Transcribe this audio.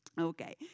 Okay